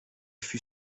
fut